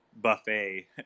buffet